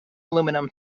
aluminum